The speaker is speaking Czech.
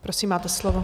Prosím, máte slovo.